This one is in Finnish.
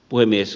puhemies